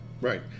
right